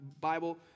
Bible